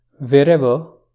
wherever